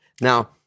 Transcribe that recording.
Now